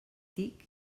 tic